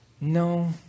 No